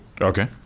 Okay